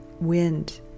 wind